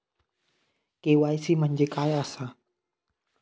KYC म्हणजे काय आसा?